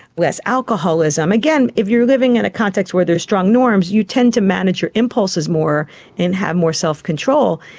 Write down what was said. less alcoholism. again, if you're living in a context where there is strong norms, you tend to manage your impulses more and have more self-control.